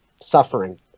suffering